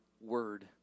word